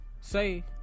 say